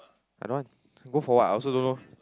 I don't want go for what I also don't know